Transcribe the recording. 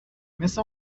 مثل